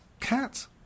Cat